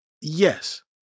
Yes